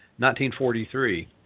1943